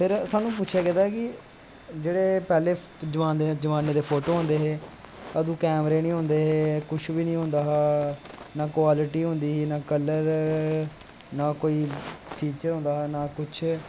फिर साह्नू पुच्छेआ गेदा ऐ कि जेह्ड़े पैह्ले जमाने दे फोटो होंदे हे अदूं कैमरे नी होंदे हे कुश नी होंदा हा ना कव्लटी होंदी ही ना कल्लर ना कोई फिच्चर होंदा हा ना कुश